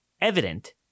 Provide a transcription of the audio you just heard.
evident